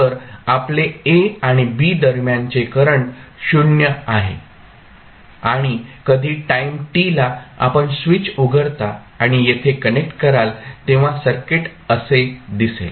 तर आपले a आणि b दरम्यानचे करंट 0 आहे आणि कधी टाईम t ला आपण स्विच उघडता आणि येथे कनेक्ट कराल तेव्हा सर्किट असे दिसेल